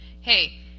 hey